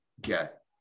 get